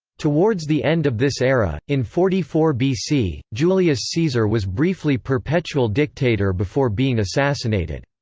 towards the end of this era, in forty four bc, julius caesar was briefly perpetual dictator before being assassinated.